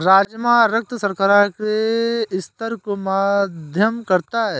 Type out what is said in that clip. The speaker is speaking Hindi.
राजमा रक्त शर्करा के स्तर को मध्यम करता है